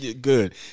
Good